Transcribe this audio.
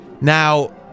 Now